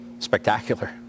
spectacular